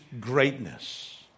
greatness